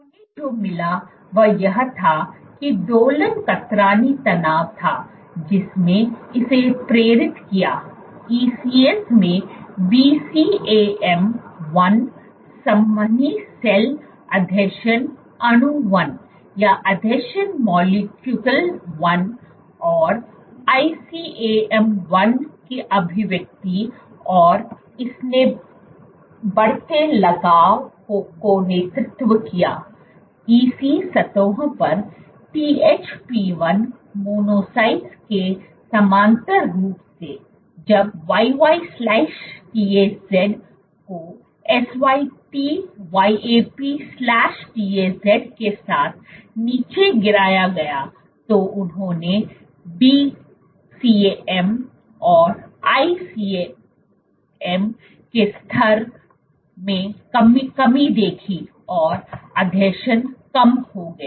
उन्हें जो मिला वह यह था की दोलन कतरनी तनाव था जिसने इसे प्रेरित किया ECs में VCAM 1 संवहनी सेल आसंजन अणु 1 और ICAM 1 की अभिव्यक्ति और इसने बढ़ते लगाव का नेतृत्व किया EC सतहों पर THP1 मोनोसाइट्स के समानांतर रूप से जब YY TAZ को SYT YAP TAZ के साथ नीचे गिराया गया तो उन्होंने VCAM और ICAM के स्तर र में कमी देखी और आसंजन कम हो गया